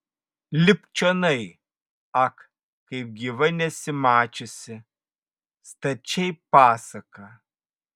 lipk čionai ak kaip gyva nesi mačiusi stačiai pasaka